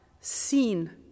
seen